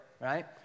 right